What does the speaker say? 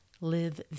live